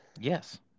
Yes